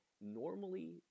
normally